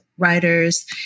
writers